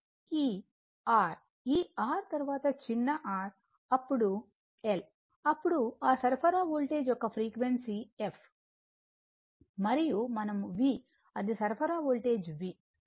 ఈ R ఈ R తరువాత చిన్న r అప్పుడు L అప్పుడు ఆ సరఫరా వోల్టేజ్ యొక్క ఫ్రీక్వెన్సీ f మరియు మనం V అది సరఫరా వోల్టేజ్ V